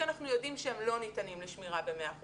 כי אנחנו יודעים שהם לא ניתנים לשמירה ב- 100%,